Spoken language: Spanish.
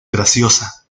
graciosa